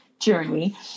journey